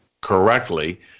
correctly